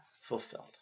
fulfilled